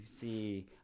see